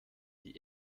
die